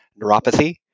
neuropathy